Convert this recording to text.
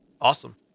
Awesome